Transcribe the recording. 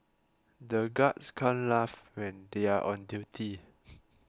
the guards can't laugh when they are on duty